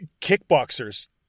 Kickboxer's